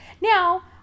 Now